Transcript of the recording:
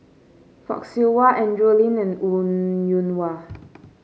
Fock Siew Wah Andrew Lee and Wong Yoon Wah